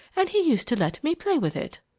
and he used to let me play with it.